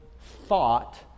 thought